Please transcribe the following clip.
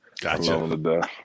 Gotcha